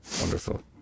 Wonderful